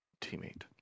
teammate